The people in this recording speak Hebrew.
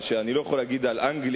מה שאני לא יכול להגיד על אנגליה,